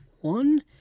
one